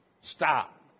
Stop